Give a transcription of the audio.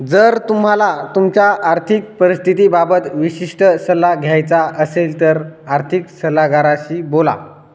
जर तुम्हाला तुमच्या आर्थिक परिस्थितीबाबत विशिष्ट सल्ला घ्यायचा असेल तर आर्थिक सल्लागाराशी बोला